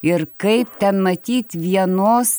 ir kaip ten matyt vienos